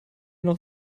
noch